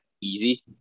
easy